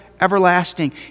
everlasting